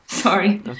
Sorry